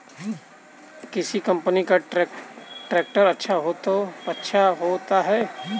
किस कंपनी का ट्रैक्टर अच्छा होता है?